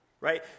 right